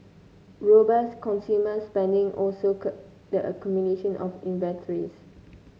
robust consumer spending also curbed the accumulation of inventories